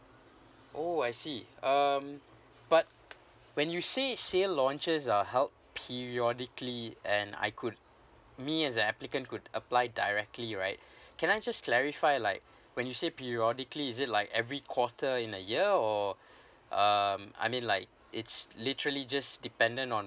oh I see um but when you say sale launches are held periodically and I could me as an applicant could apply directly right can I just clarify like when you say periodically is it like every quarter in a year or um I mean like it's literally just dependent on